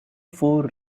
four